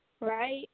Right